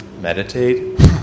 Meditate